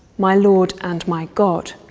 my lord and my god